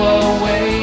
away